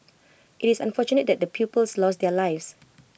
IT is unfortunate that the pupils lost their lives